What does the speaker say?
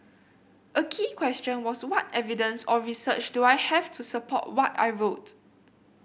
a key question was what evidence or research do I have to support what I wrote